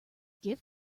give